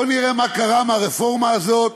בוא נראה מה קרה עם הרפורמה הזאת